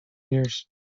years